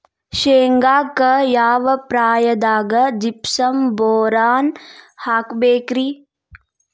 ಶೇಂಗಾಕ್ಕ ಯಾವ ಪ್ರಾಯದಾಗ ಜಿಪ್ಸಂ ಬೋರಾನ್ ಹಾಕಬೇಕ ರಿ?